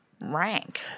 Rank